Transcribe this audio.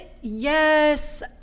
yes